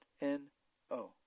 N-O